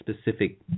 specific